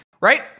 Right